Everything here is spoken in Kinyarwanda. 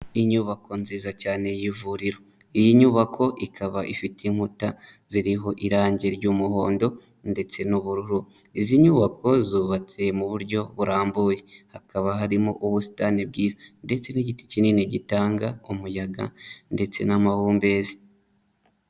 Inyubako nziza cyane y'ivuriro iyi nyubako ikaba ifite inkuta ziriho irangi ry'umuhondo ndetse n'ubururu, izi nyubako zubatse mu buryo burambuye hakaba harimo ubusitani bwiza ndetse n'igiti kinini gitanga umuyaga ndetse n'amahumbezi.